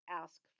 ask